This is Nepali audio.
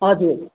हजुर